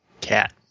cat